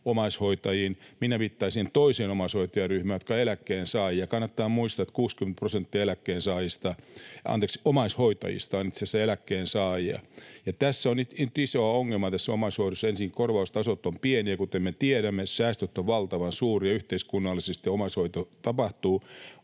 omaishoitajiin. Minä viittaisin toiseen omaishoitajaryhmään, joka on eläkkeensaajat. Kannattaa muistaa, että 60 prosenttia omaishoitajista on itse asiassa eläkkeensaajia. Omaishoidossa on nyt isoa ongelmaa. Ensin korvaustasot ovat pieniä, kuten me tiedämme, säästöt ovat valtavan suuria yhteiskunnallisesti. Missä vaiheessa